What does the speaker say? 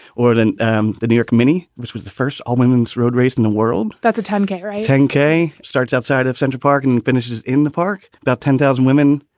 or at and um the new york mini, which was the first all women's road race in the world. that's a ten k. ten k starts outside of central park and finishes in the park. about ten thousand women.